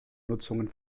nutzungen